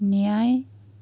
ন্যায়